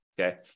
Okay